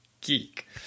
geek